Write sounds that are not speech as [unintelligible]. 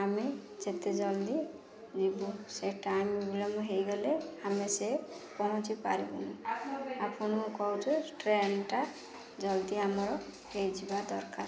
ଆମେ ଯେତେ ଜଲ୍ଦି ଯିବୁ ସେ ଟାଇମ୍ [unintelligible] ହେଇଗଲେ ଆମେ ସେ ପହଞ୍ଚି ପାରିବୁନି ଆପଣ କହୁଛୁ ଟ୍ରେନଟା ଜଲ୍ଦି ଆମର ହେଇଯିବା ଦରକାର